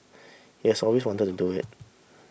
he has always wanted to do it